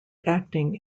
acting